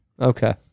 Okay